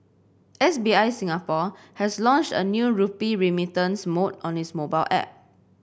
S B I Singapore has launched a new rupee remittance mode on its mobile app